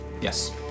Yes